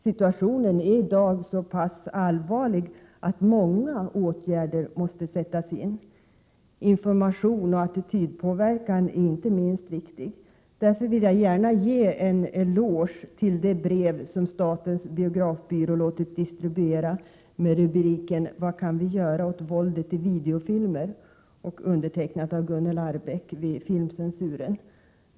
Situationen är i dag så pass allvarlig att många åtgärder måste sättas in. Information och attitydpåverkan är inte minst viktiga. Därför vill jag gärna ge en eloge för det brev som statens biografbyrå låtit distribuera med rubriken ”Vad kan vi göra åt våldet i videofilmer?” , undertecknat av Gunnel Arrbäck vid filmcensuren.